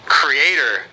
creator